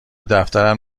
دفترم